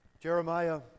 Jeremiah